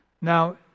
Now